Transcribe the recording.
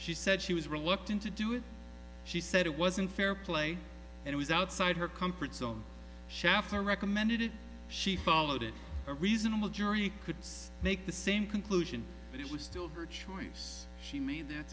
she said she was reluctant to do it she said it wasn't fair play it was outside her comfort zone shafter recommended it she followed it a reasonable jury could make the same conclusion but it was still her choice she made th